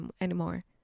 anymore